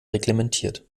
reglementiert